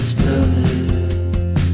brothers